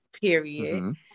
period